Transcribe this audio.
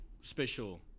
special